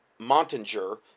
Montinger